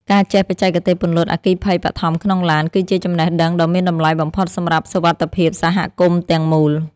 ការចេះបច្ចេកទេសពន្លត់អគ្គិភ័យបឋមក្នុងឡាន គឺជាចំណេះដឹងដ៏មានតម្លៃបំផុតសម្រាប់សុវត្ថិភាពសហគមន៍ទាំងមូល។